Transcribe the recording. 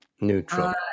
Neutral